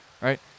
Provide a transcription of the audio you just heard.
right